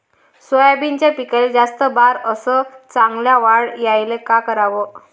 सोयाबीनच्या पिकाले जास्त बार अस चांगल्या वाढ यायले का कराव?